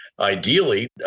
Ideally